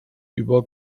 über